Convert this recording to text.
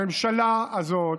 הממשלה הזאת